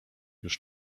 już